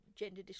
gender